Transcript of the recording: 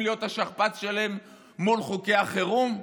להיות השכפ"ץ שלהם מול חוקי החירום?